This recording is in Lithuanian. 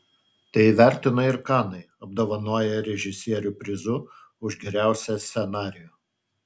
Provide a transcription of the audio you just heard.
tai įvertino ir kanai apdovanoję režisierių prizu už geriausią scenarijų